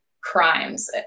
crimes